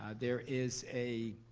there is a